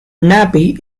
nappy